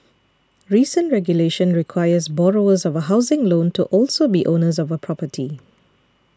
recent regulation requires borrowers of a housing loan to also be owners of a property